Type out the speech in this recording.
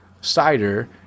cider